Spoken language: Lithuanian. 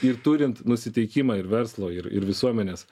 ir turint nusiteikimą ir verslo ir ir visuomenės